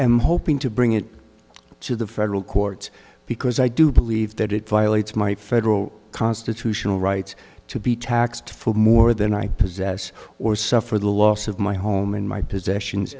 am hoping to bring it to the federal courts because i do believe that it violates my federal constitutional rights to be taxed for more than i possess or suffer the loss of my home and my possessions